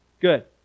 Good